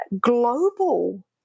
global